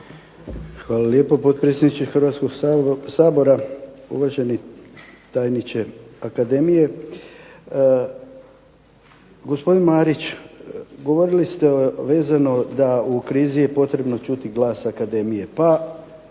Hvala lijepo, potpredsjedniče Hrvatskoga sabora. Uvaženi tajniče akademije. Gospodin Marić, govorili ste vezano da u krizi je potrebno čuti glas akademije pa